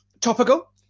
Topical